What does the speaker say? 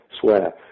swear